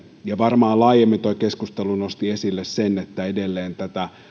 varmaan laajemmin tuo keskustelu nosti esille sen että edelleen tätä